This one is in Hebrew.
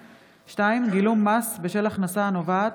2. גילום מס בשל הכנסה הנובעת